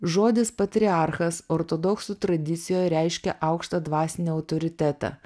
žodis patriarchas ortodoksų tradicijoj reiškia aukštą dvasinį autoritetą